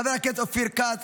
חבר הכנסת אופיר כץ,